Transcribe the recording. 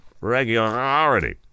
Regularity